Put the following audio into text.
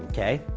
okay?